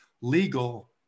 legal